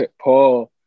Paul